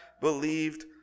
believed